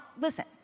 listen